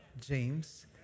James